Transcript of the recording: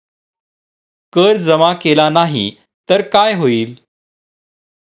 कर जमा केला नाही तर काय होईल?